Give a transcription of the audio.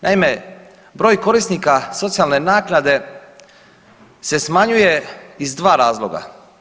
Naime, broj korisnika socijalne naknade se smanjuje iz dva razloga.